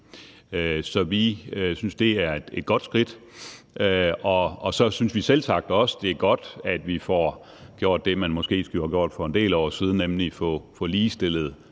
Så vi synes, at det her er et godt skridt, og så synes vi selvsagt også, det er godt, at vi får gjort det, man måske skulle have gjort for en del år siden, nemlig at få ligestillet